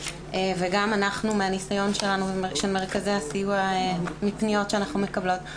וגם אנחנו מהניסיון שלנו של מרכזי הסיוע מפניות שאנחנו מקבלות,